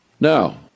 now